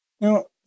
No